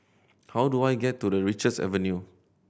how do I get to Richards Avenue